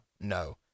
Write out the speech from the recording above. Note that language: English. no